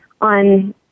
on